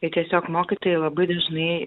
tai tiesiog mokytojai labai dažnai